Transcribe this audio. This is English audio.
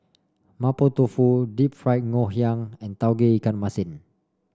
Mapo Tofu Deep Fried Ngoh Hiang and Tauge Ikan Masin